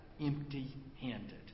empty-handed